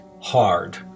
hard